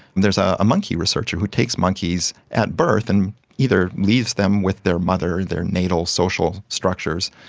and there is ah a monkey researcher who takes monkeys at birth and either leaves them with their mother, their natal social structures,